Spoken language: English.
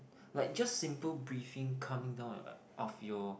like just simple breathing calming down of your